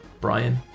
Brian